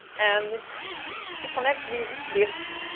and to connect these disks,